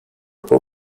who